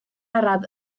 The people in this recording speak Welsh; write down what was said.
araf